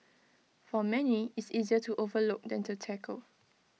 for many it's easier to overlook than to tackle